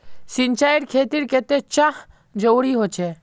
सिंचाईर खेतिर केते चाँह जरुरी होचे?